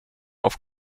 auf